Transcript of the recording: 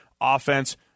offense